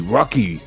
Rocky